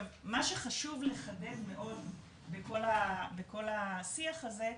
מה שחשוב לחדד מאוד בכל השיח הזה,